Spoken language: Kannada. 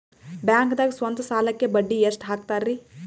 ಬ್ಯಾಂಕ್ದಾಗ ಸ್ವಂತ ಸಾಲಕ್ಕೆ ಬಡ್ಡಿ ಎಷ್ಟ್ ಹಕ್ತಾರಿ?